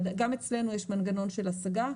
גם אצלנו יש מנגנון של השגה,